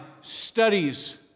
studies